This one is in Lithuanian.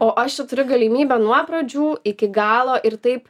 o aš čia turiu galimybę nuo pradžių iki galo ir taip